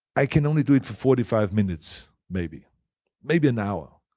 i can only do it for forty five minutes, maybe maybe an hour.